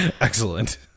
Excellent